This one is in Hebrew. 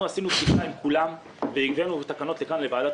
ערכנו בדיקה עם כולם והבאנו תקנות לוועדת